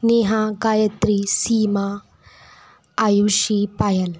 Neha Gayatri Seema Ayushi Payal